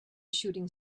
shooting